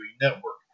Network